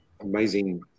amazing